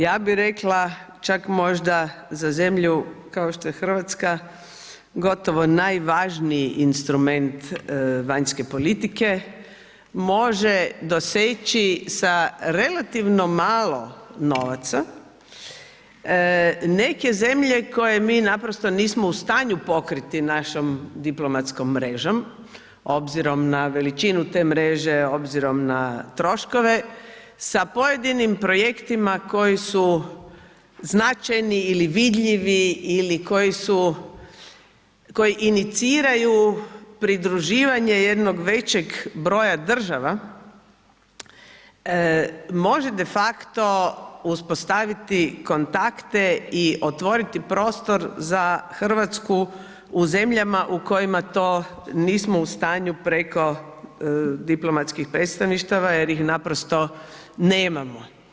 Ja bi rekla čak možda za zemlju kao što je RH gotovo najvažniji instrument vanjske politike, može doseći sa relativno malo novaca, neke zemlje koje mi naprosto nismo u stanju pokriti našom diplomatskom mrežom obzirom na veličinu te mreže, obzirom na troškove, sa pojedinim projektima koji su značajni ili vidljivi ili koji su, koji iniciraju pridruživanje jednog većeg broja država, može defakto uspostaviti kontakte i otvoriti prostor za RH u zemljama u kojima to nismo u stanju preko diplomatskih predstavništava jer ih naprosto nemamo.